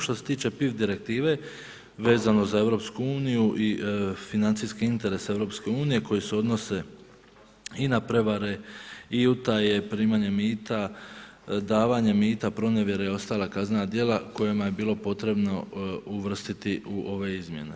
Što se tiče PIF direktive vezano za EU i financijski interes EU koje se odnose i na prevare i utaje, primanje mita, davanje mita, pronevjere i ostala kaznena djela kojima je bilo potrebno uvrstiti u ove izmjene.